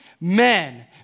men